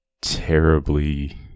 terribly